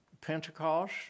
Pentecost